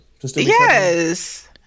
yes